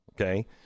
Okay